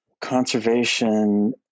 conservation